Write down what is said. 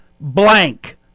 blank